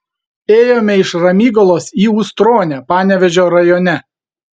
ėjome iš ramygalos į ustronę panevėžio rajone